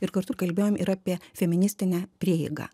ir kartu kalbėjom ir apie feministinę prieigą